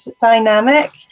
dynamic